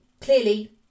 clearly